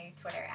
Twitter